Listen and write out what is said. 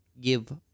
Give